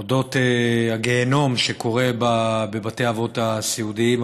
על הגיהינום שקורה בבתי האבות הסיעודיים,